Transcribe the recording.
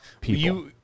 people